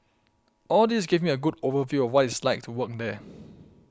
all this gave me a good overview of what it's like to work there